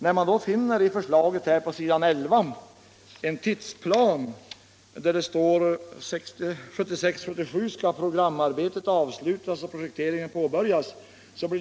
På s. I1 i förslaget finns en tidsplan enligt vilken förarbetet skall ha avslutats och projekteringen ha påbörjats under budgetåret 1976/77.